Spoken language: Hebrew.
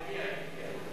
היא תגיע, היא תגיע.